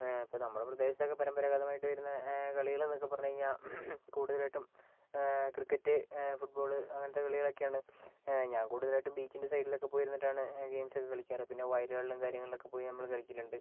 അപ്പം നമ്മളുടെ പ്രദേശം ഒക്കെ പരമ്പരാഗതമായിട്ട് വരുന്ന കളികൾ എന്നൊക്കെ പറഞ്ഞ് കഴിഞ്ഞാൽ കൂടുതലായിട്ടും ക്രിക്കറ്റ് ഫൂട് ബോൾ അങ്ങനത്തെ കളികളൊക്കെയാണ് ഞാൻ കൂടുതലായിട്ടും ബീച്ചിൻ്റെ സൈഡിലൊക്കെ പോയി ഇരുന്നിട്ടാണ് ഗെയിംസ് ഒക്കെ കളിക്കാറ് പിന്നെ വയലുകളിലും കാര്യങ്ങളും നമ്മൾ പോയി കളിക്കലുണ്ട്